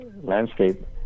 landscape